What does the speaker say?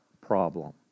problem